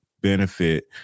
benefit